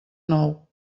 nou